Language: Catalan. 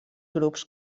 grups